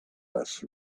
less